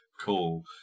cool